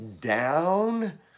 down